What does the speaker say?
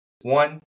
One